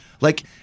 Like-